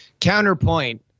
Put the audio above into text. Counterpoint